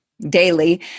daily